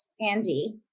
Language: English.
Andy